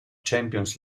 champions